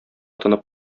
тынып